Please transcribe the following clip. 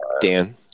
Dan